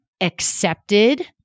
accepted